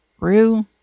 Rue